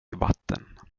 vatten